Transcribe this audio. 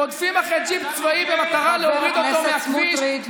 רודפים אחרי ג'יפ צבאי במטרה להוריד אותו מהכביש,